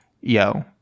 yo